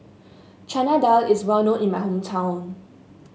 Chana Dal is well known in my hometown